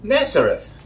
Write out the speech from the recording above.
Nazareth